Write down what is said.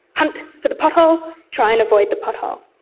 hunt for the pothole, try and avoid the pothole.